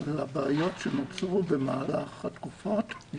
ב-2008 התחלנו את